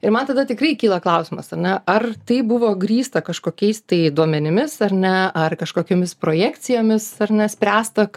ir man tada tikrai kyla klausimas ar ne ar tai buvo grįsta kažkokiais tai duomenimis ar ne ar kažkokiomis projekcijomis ar ne spręsta